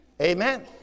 amen